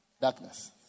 darkness